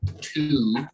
two